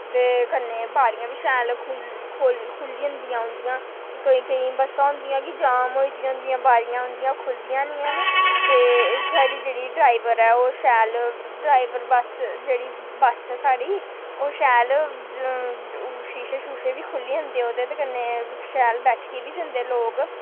ते कन्नै बारियां बी शैल खु'ल्ली जंदियां उं'दियां केईं केईं बस्सां होंदियां जाम होई दियां होंदियां बारियां उंदियां खल्लदियां नेईं हैन न ते साढ़ी जेह्ड़ी ड्राइवर ऐ ओह् शैल ड्राइवर बस्स जेह्ड़ी बस्स साढ़ी ओह् शैल अ अ शीशे शूशे खु'ल्ली जं'दे उ'दे ते कन्नै शैल बैठियै बी जंदी लोक